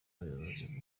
ubuyobozi